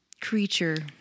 creature